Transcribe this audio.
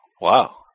Wow